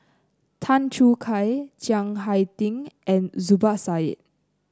Tan Choo Kai Chiang Hai Ding and Zubir Said